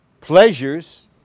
pleasures